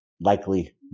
likely